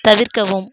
தவிர்க்கவும்